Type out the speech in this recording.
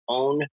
own